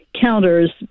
counters